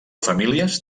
famílies